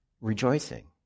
rejoicing